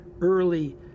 early